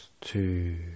two